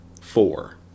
four